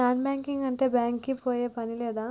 Non banking అంటే bank కి పోయే పని లేదా?